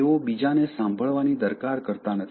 તેઓ બીજાને સાંભળવાની દરકાર કરતાં નથી